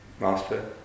master